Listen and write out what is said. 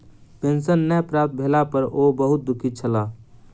pension नै प्राप्त भेला पर ओ बहुत दुःखी छला